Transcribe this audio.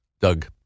Doug